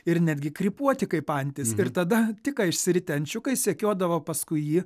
ir netgi krypuoti kaip antis ir tada tik ką išsiritę ančiukai sekiodavo paskui jį